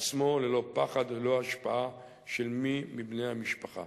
עצמו ללא פחד וללא השפעה של מי מבני המשפחה.